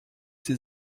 sie